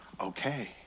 Okay